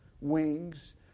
wings